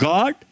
God